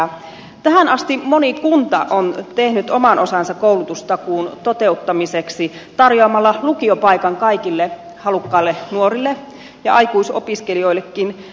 tähän asti moni kunta on tehnyt oman osansa koulutustakuun toteuttamiseksi tarjoamalla lukiopaikan kaikille halukkaille nuorille ja aikuisopiskelijoillekin